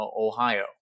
Ohio